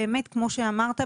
באמת כמו שאמרת,